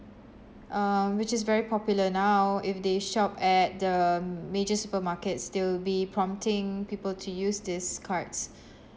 uh which is very popular now if they shop at the um major supermarkets they will be prompting people to use these cards